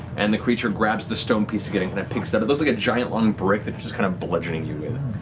and the creature grabs the stone piece again and it picks up, it looks like a giant long brick that it's kind of bludgeoning you with.